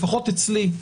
לפחות אצלי,